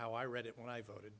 how i read it when i voted